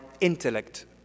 intellect